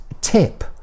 tip